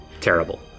terrible